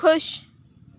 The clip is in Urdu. خوش